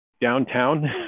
downtown